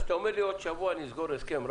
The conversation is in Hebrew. כשאתה אומר לי בעוד שבוע תסגרו הסכם,